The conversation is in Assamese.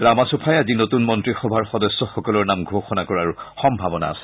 ৰামাফোচাই আজি নতুন মন্ত্ৰীসভাৰ সদস্যসকলৰ নাম ঘোষণা কৰাৰ সম্ভাৱনা আছে